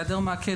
היעדר מעקה,